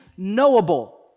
knowable